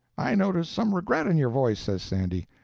i notice some regret in your voice, says sandy,